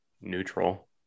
neutral